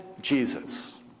Jesus